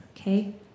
Okay